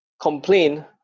Complain